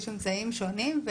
יש אמצעים שונים,